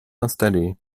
installées